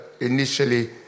initially